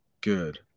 Good